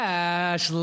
Cash